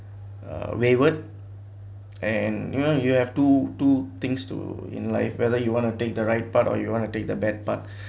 a wayward and you know you have two two things to in life whether you want to take the right part or you want to take the bad part